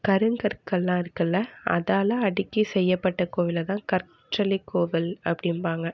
கருங்கற்கள்லாம் இருக்குல்ல அதால அடிக்கி செய்யப்பட்ட கோவிலை தான் கற்றலி கோவில் அப்படின்ம்பாங்க